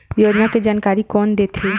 योजना के जानकारी कोन दे थे?